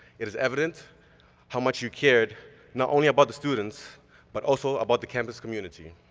it is evident how much you cared not only about the students but also about the campus community.